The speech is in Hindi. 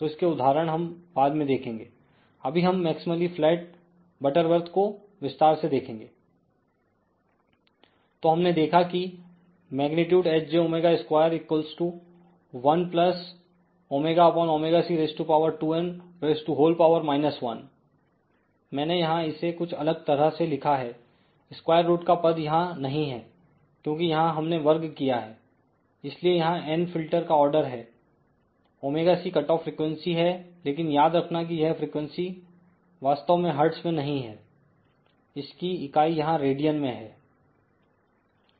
तो इसके उदाहरण हम बाद में देखेंगे अभी हम मैक्समली फ्लैट बटरबर्थ को विस्तार से देखेंगे तो हमने देखा कि Hj212n 1 मैंने यहां इसे कुछ अलग तरह से लिखा है स्क्वायर रूट का पद यहां नहीं है क्योंकि यहां हमने वर्ग किया हैइसलिए यहां n फिल्टर का आर्डर है ωc कटऑफ फ्रिकवेंसी है लेकिन याद रखना कि यह फ्रीक्वेंसी वा स्तव में हर्टज में नहीं है इसकी इकाई यहां रेडियन में है